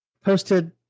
posted